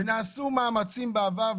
נעשו מאמצים בעבר,